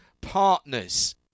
partners